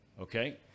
Okay